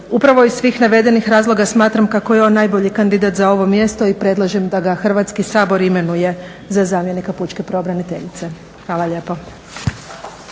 Upravo iz svih navedenih razloga smatram kako je on najbolji kandidat za ovo mjesto i predlažem da ga Hrvatski sabor imenuje za zamjenika pučke pravobraniteljice. Hvala lijepo.